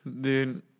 Dude